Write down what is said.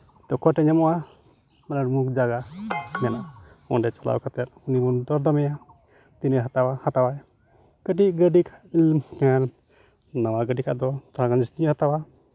ᱛᱚ ᱚᱠᱚᱭ ᱴᱷᱮᱡ ᱧᱟᱢᱚᱜᱼᱟ ᱢᱟᱱᱮ ᱩᱢᱩᱠ ᱡᱟᱭᱜᱟ ᱢᱮᱱᱟᱜᱼᱟ ᱚᱸᱰᱮ ᱪᱟᱞᱟᱣ ᱠᱟᱛᱮ ᱩᱱᱤ ᱵᱚᱱ ᱫᱚᱨᱼᱫᱟᱢᱮᱭᱟ ᱛᱤᱱᱟᱹᱜ ᱦᱟᱛᱟᱣᱟ ᱦᱟᱛᱟᱣᱟᱭ ᱠᱟᱹᱴᱤᱡ ᱜᱟᱹᱰᱤ ᱠᱷᱟᱡ ᱱᱟᱟ ᱜᱟᱹᱰᱤ ᱠᱷᱟᱡ ᱫᱚ ᱛᱟᱦᱚᱞᱮ ᱡᱟᱹᱥᱛᱤᱧ ᱦᱟᱛᱟᱣᱟ